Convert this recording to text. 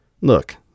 Look